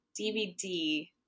dvd